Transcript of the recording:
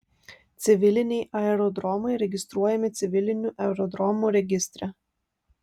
civiliniai aerodromai registruojami civilinių aerodromų registre